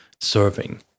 serving